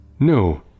No